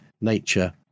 nature